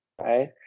right